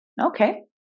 Okay